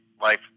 life